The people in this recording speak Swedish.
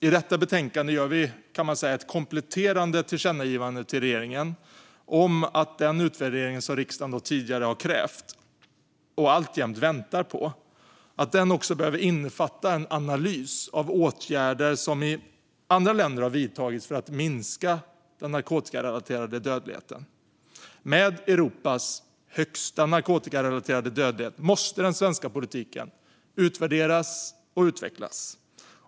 Man kan säga att vi i detta betänkande föreslår ett kompletterande tillkännagivande till regeringen om att den utvärdering som riksdagen tidigare har krävt och alltjämt väntar på också behöver innefatta en analys av åtgärder som har vidtagits i andra länder för att minska den narkotikarelaterade dödligheten. Eftersom Sverige har Europas högsta narkotikarelaterade dödlighet måste den svenska politiken utvärderas och utvecklas.